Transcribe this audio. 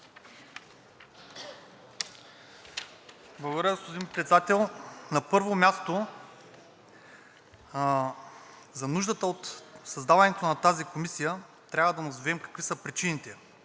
Благодаря, господин Председател. На първо място, за нуждата от създаването на тази комисия трябва да назовем какви са причините.